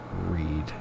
read